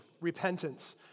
repentance